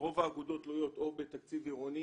רוב האגודות תלויות או בתקציב עירוני